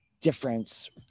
difference